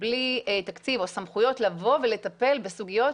בלי תקציב או סמכויות לבוא ולטפל בסוגיות